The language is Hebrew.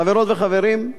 חברות וחברים,